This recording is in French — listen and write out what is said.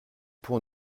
pour